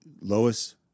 Lois